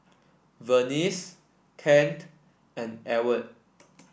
Vernice Kent and Ewart